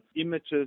images